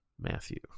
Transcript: Matthew